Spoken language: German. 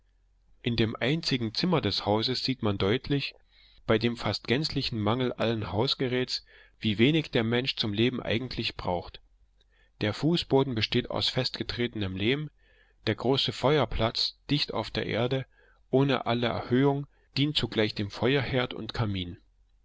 in dem einzigen zimmer des hauses sieht man deutlich bei dem fast gänzlichen mangel allen hausgeräts wie wenig der mensch zum leben eigentlich braucht der fußboden besteht aus festgetretenem lehm der große feuerplatz dicht auf der erde ohne alle erhöhung dient zugleich zum feuerherd und kamin